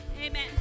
Amen